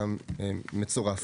שהיה מצורף.